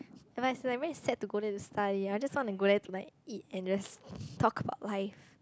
never mind as in I mean is sad to go there to study I just want to go there to like eat and just talk about life